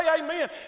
amen